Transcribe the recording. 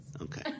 Okay